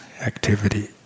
activity